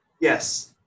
Yes